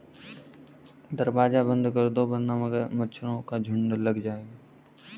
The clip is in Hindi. दरवाज़ा बंद कर दो वरना मच्छरों का झुंड लग जाएगा